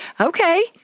Okay